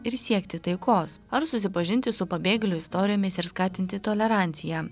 ir siekti taikos ar susipažinti su pabėgėlių istorijomis ir skatinti toleranciją